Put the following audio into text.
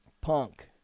Punk